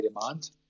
demand